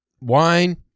wine